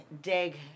dig